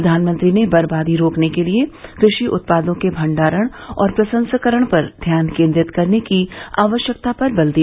प्रधानमंत्री ने बर्बादी रोकने के लिए कृषि उत्पादों के भंडारण और प्रसंस्करण पर ध्यान केंद्रित करने की आवश्यकता पर बल दिया